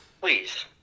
please